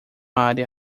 área